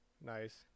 Nice